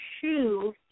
shoe